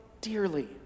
dearly